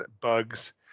bugs